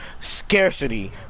Scarcity